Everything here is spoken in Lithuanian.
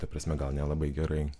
ta prasme gal nelabai gerai